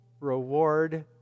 reward